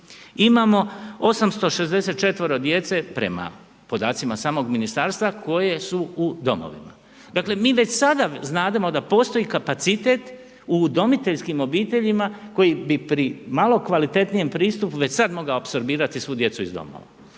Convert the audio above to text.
Imamo 864 djece prema podacima samog Ministarstva koje su u domovima. Dakle, mi već sada znademo da postoji kapacitet udomiteljskim obiteljima koji bi pri malo kvalitetnijem pristupu već sad mogao apsorbirati svu djecu iz domova.